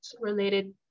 related